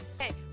Hey